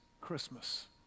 Christmas